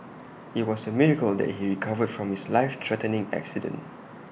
IT was A miracle that he recovered from his life threatening accident